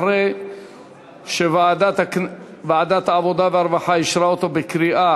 אחרי שוועדת העבודה והרווחה אישרה אותה בקריאה